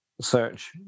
search